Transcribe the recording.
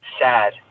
sad